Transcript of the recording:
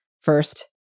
First